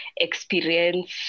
experience